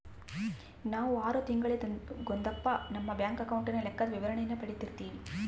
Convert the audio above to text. ನಾವು ಆರು ತಿಂಗಳಿಗೊಂದಪ್ಪ ನಮ್ಮ ಬ್ಯಾಂಕ್ ಅಕೌಂಟಿನ ಲೆಕ್ಕದ ವಿವರಣೇನ ಪಡೀತಿರ್ತೀವಿ